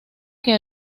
que